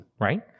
Right